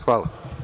Hvala.